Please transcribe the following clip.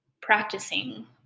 practicing